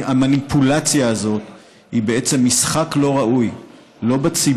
המניפולציה הזאת היא בעצם משחק לא ראוי בציבור